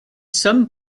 some